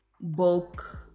bulk